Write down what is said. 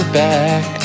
back